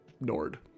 Nord